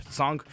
song